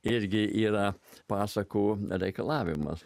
irgi yra pasakų reikalavimas